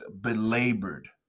belabored